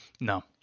No